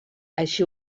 així